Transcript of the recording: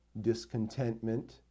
discontentment